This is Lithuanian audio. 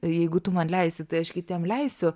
jeigu tu man leisi tai aš kitiem leisiu